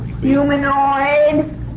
Humanoid